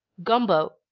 gumbo.